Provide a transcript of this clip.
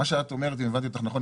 אם הבנתי אותך נכון,